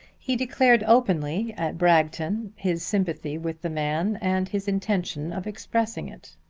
he declared openly at bragton his sympathy with the man and his intention of expressing it.